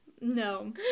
no